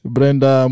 Brenda